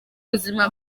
buzima